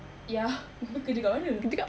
ya abeh kerja kat mana